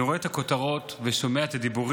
אני רואה את הכותרות ושומע את הדיבורים